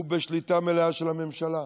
הוא בשליטה מלאה של הממשלה.